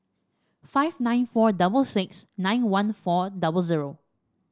five nine four double six nine one four double zero